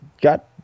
got